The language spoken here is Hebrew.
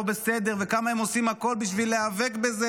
בסדר וכמה הם עושים הכול בשביל להיאבק בזה,